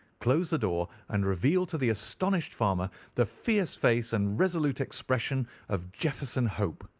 closed the door, and revealed to the astonished farmer the fierce face and resolute expression of jefferson hope.